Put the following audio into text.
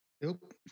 Nope